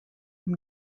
i’m